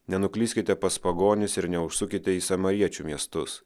nenuklyskite pas pagonis ir neužsukite į samariečių miestus